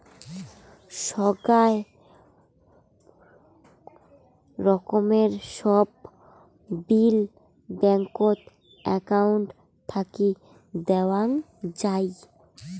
সোগায় রকমের সব বিল ব্যাঙ্কত একউন্ট থাকি দেওয়াং যাই